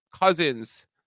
cousins